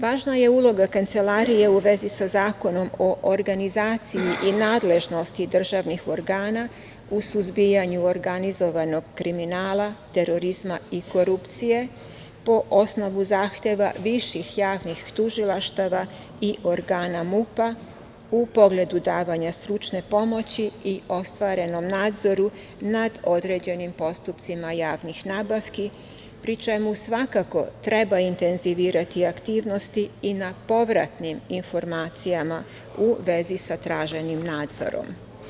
Važna je uloga Kancelarije u vezi sa Zakonom o organizaciji i nadležnosti državnih organa u suzbijanju organizovanog kriminala, terorizma i korupcije po osnovu zahteva viših javnih tužilaštava i organa MUP-a u pogledu davanja stručne pomoći i ostvarenom nadzoru nad određenim postupcima javnih nabavki, pri čemu svakako treba intenzivirati aktivnosti i na povratnim informacija u vezi sa traženim nadzorom.